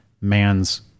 man's